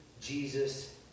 Jesus